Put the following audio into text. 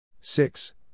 six